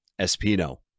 Espino